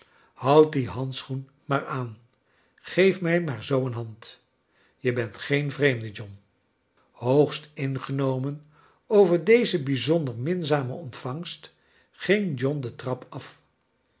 dien handschoen maar aan geef mij maar zoo een hand je bent geen vreemde john hoogst ingenomen over deze bijzonder minzame ontvangst ging john de trap af